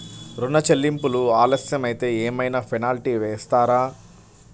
ఋణ చెల్లింపులు ఆలస్యం అయితే ఏమైన పెనాల్టీ వేస్తారా?